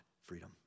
freedom